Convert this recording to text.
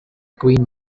queen